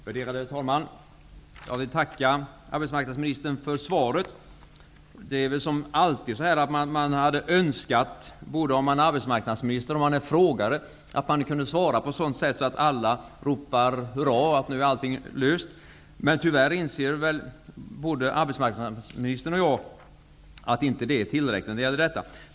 Värderade talman! Jag vill tacka arbetsmarknadsministern för hans svar. Man skulle naturligtvis önska, oavsett om man är arbetsmarknadsminister eller frågeställare, att man kunde svara på ett sådant sätt att alla utropar: Hurra, nu är allting löst! Men både arbetsmarknadsministern och jag inser väl att så tyvärr inte är fallet här.